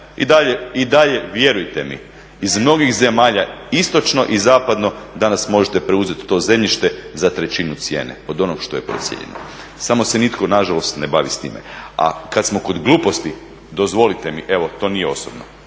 Ne, i dalje vjerujte mi iz mnogih zemalja istočno i zapadno danas možete preuzeti to zemljište za trećinu cijene od onog što je procijenjeno, samo se nitko nažalost ne bavi s time. A kad smo kod gluposti, dozvolite mi evo to nije osobno,